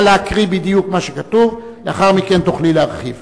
נא להקריא בדיוק מה שכתוב, לאחר מכן תוכלי להרחיב.